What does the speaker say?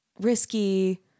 risky